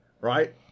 right